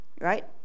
right